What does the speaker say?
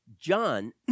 John